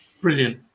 Brilliant